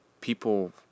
people